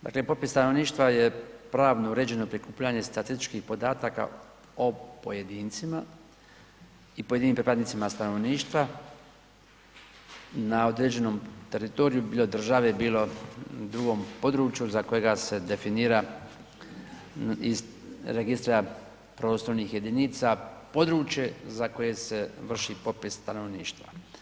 Dakle, popis stanovništva je pravno uređeno prikupljanje statističkih podataka o pojedincima i pojedinim pripadnicima stanovništva na određenom teritoriju bilo države, bilo na drugom području za kojega se definira iz Registra prostornih jedinica, područje za koje se vrši popis stanovništva.